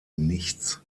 nichts